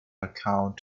account